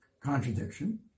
contradiction